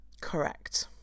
Correct